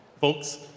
folks